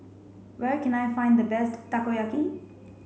where can I find the best Takoyaki